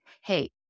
hey